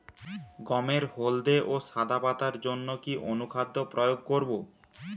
গমের হলদে ও সাদা পাতার জন্য কি অনুখাদ্য প্রয়োগ করব?